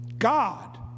God